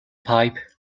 pipe